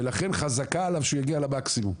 ולכן חזקה עליו שהוא יגיע למקסימום.